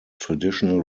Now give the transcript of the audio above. traditional